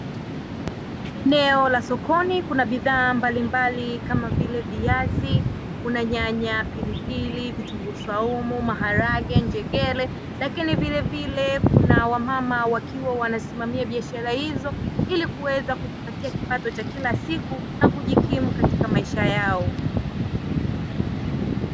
Eneo la sokoni kuna bidhaa mbalimbali kama vile: viazi, kuna nyanya, pilipili, vitunguu saumu, maharage, njegere. Lakini vilevile kuna wamama wakiwa wanasimamia biashara hizo ili kuweza kujipatia kipato cha kila siku na kujikimu katika maisha yao.